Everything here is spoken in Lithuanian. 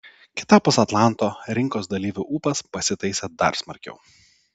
kitapus atlanto rinkos dalyvių ūpas pasitaisė dar smarkiau